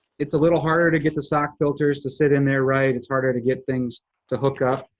it's a little harder to get the sock filters to sit in there right. it's harder to get things to hook up,